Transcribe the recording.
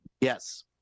Yes